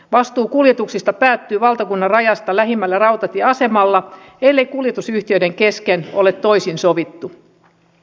vastuu kuljetuksista päättyy valtakunnanrajasta lähimmällä rautatieasemalla ellei kuljetusyhtiöiden kesken ole toisin sovittu